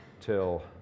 till